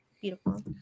Beautiful